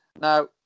Now